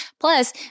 Plus